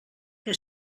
que